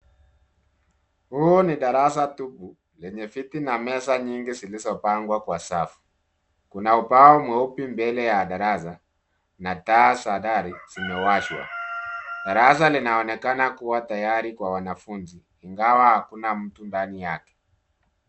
Huu ni darasa tupu lenye viti na meza nyingi zilizopangwa kwa safu. Kuna ubao mweupe mbele ya darasa na taa za dari zimewashwa. Darasa linaonekana kuwa tayari kwa wanafunzi, ingawa hakuna mtu ndani yake.